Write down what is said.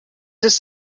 ist